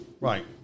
Right